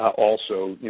also, you